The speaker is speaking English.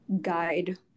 guide